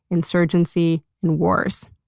insurgency, and wars.